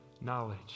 knowledge